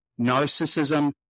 narcissism